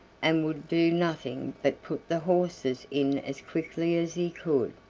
and would do nothing but put the horses in as quickly as he could.